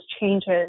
changes